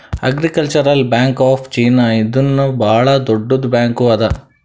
agricultural bank of China ಇದೂನು ಭಾಳ್ ದೊಡ್ಡುದ್ ಬ್ಯಾಂಕ್ ಅದಾ